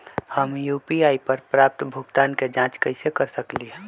हम यू.पी.आई पर प्राप्त भुगतान के जाँच कैसे कर सकली ह?